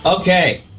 Okay